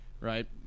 right